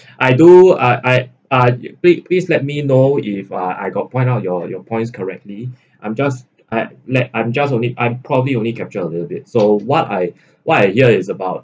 I do uh I uh please please let me know if uh I got point out your your points correctly I'm just at let I'm just only I'm probably only capture a little bit so what I what I hear is about